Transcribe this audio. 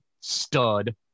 stud